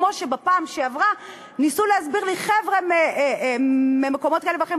כמו שבפעם שעברה ניסו להסביר לי חבר'ה ממקומות כאלה ואחרים,